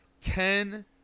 ten